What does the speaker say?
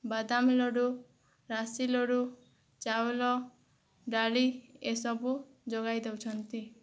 ବାଦାମ ଲଡ଼ୁ ରାଶି ଲଡ଼ୁ ଚାଉଳ ଡାଲି ଏସବୁ ଯୋଗାଇ ଦେଉଛନ୍ତି